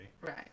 Right